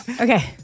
Okay